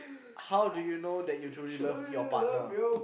how do you know that you truly love your partner